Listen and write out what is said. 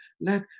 let